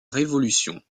révolution